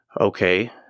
okay